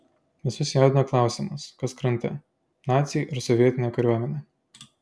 visus jaudino klausimas kas krante naciai ar sovietinė kariuomenė